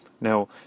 Now